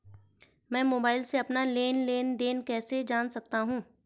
मैं मोबाइल से अपना लेन लेन देन कैसे जान सकता हूँ?